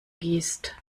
gießt